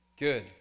Good